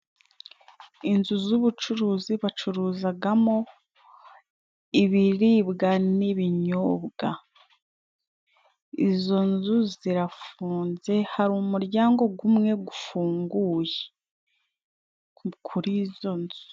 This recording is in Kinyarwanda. Inzu z'ubucuruzi bacuruzamo: ibiribwa n'ibinyobwa izo nzu zirafunze, hari umuryango umwe ufunguye kuri izo nzu.